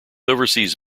overseas